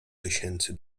tysięcy